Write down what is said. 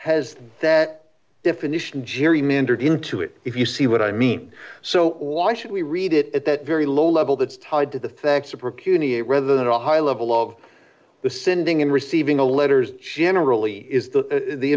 has that definition gerrymandered into it if you see what i mean so why should we read it at that very low level that's tied to the facts a prick uni rather than a high level of the sending and receiving the letters she generally is that the